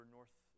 North